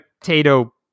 potato